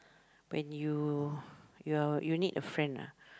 when you you need a friend lah